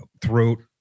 throat